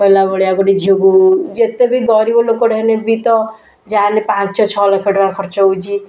କଇଲା ଭଳିଆ ଗୋଟେ ଝିଅକୁ ଯେତେ ବି ଗରିବ ଲୋକଟେ ହେଲେ ବି ତ ଯାହାହେଲେ ପାଞ୍ଚ ଛଅ ଲକ୍ଷ ଟଙ୍କା ଖର୍ଚ୍ଚ ହେଉଛି